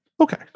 Okay